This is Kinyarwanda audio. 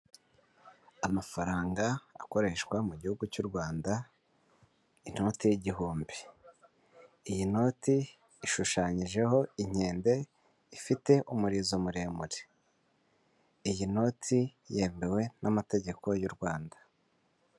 Amafaranga akoreshwa mu gihugu cy'u Rwanda inoti y'igihumbi. Iyi noti ishushanyijeho inkende ifite umurizo muremure. Iyi noti yemewe n'amategeko y'u Rwanda.